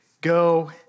Go